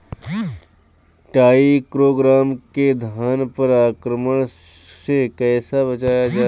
टाइक्रोग्रामा के धान पर आक्रमण से कैसे बचाया जाए?